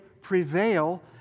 prevail